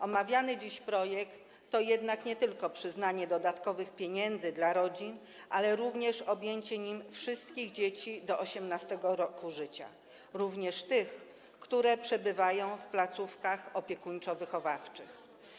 Omawiany dziś projekt to jednak nie tylko przyznanie dodatkowych pieniędzy dla rodzin, ale również objęcie nim wszystkich dzieci do 18. roku życia, również tych, które przebywają w placówkach opiekuńczo-wychowawczych.